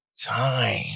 time